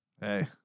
Hey